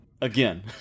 Again